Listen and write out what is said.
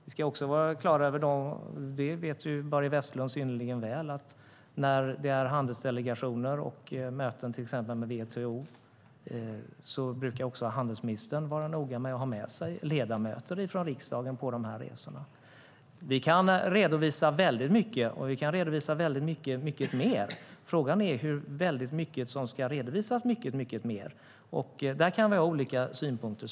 Vi ska också vara klara över - det vet Börje Vestlund synnerligen väl - att när det är handelsdelegationer och möten till exempel med WTO så brukar också handelsministern vara noga med att ha ledamöter från riksdagen med sig på resorna. Vi kan redovisa väldigt mycket, och vi kan redovisa väldigt mycket mer. Frågan är hur mycket som ska redovisas mycket mer. Där kan vi ha olika synpunkter.